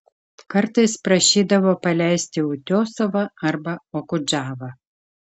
kartais prašydavo paleisti utiosovą arba okudžavą